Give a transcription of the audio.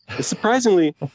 Surprisingly